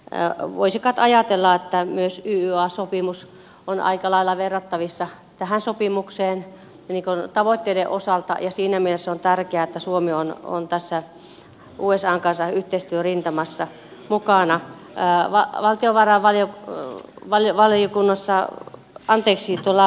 voisi kait ajatella että myös yya sopimus on aika lailla verrattavissa tähän sopimukseen tavoitteiden osalta ja siinä mielessä on tärkeää että suomi on tässä usan kanssa yhteistyörintamassa mukana ovat valtiovarainvaliokunnalle vajevaliokunnassa alkeisiin jolla